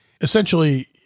Essentially